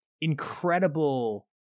incredible